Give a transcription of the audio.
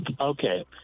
Okay